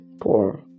poor